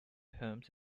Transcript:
homes